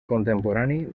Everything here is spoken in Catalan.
contemporani